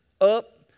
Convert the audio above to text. up